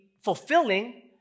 fulfilling